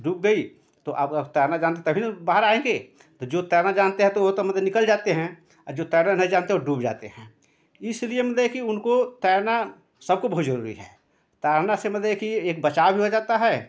डूब गई तो आप आप तैरना जानेंगे तभी ना बाहर आएँगे तो जो तैरना जानते हैं तो वह तो मतलब निकल जाते हैं और जो तैरना नहीं जानते हैं वह डूब जाते हैं इसलिए मतलब कि उनको तैरना सबको बहुत जरूरी है तैरने से मतलब कि एक बचाव भी हो जाता है